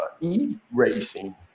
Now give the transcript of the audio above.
e-racing